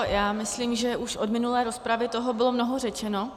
Já myslím, že už od minulé rozpravy toho bylo mnoho řečeno.